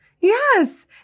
Yes